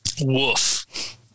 Woof